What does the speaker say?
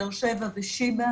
באר שבע ושיבא.